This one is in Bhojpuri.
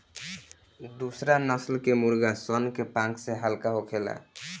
दुसरा नस्ल के मुर्गा सन के पांख हल्का होखेला